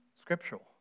scriptural